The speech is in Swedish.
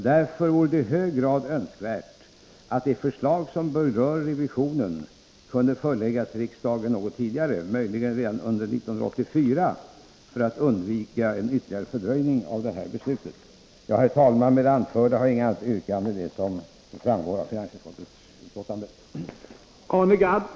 Därför vore det i hög grad önskvärt att de förslag som berör revisionen kunde föreläggas riksdagen något tidigare, om möjligt redan under 1984, för att undvika ytterligare fördröjning av ett beslut. Herr talman! Med det anförda har jag inget annat yrkande än bifall till det förslag som framgår av finansutskottets betänkande.